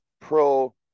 pro